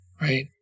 right